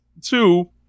two